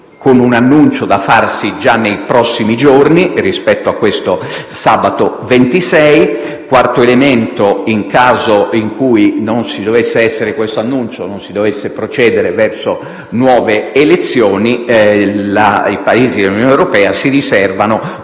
con un annuncio da farsi già nei prossimi giorni, rispetto a questo sabato 26. Come quarto elemento, nel caso in cui non ci dovesse essere detto annuncio e non si dovesse procedere verso nuove elezioni, i Paesi dell'Unione europea si riservano